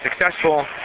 successful